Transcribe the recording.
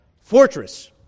fortress